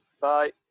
Bye